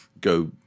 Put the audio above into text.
go